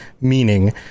meaning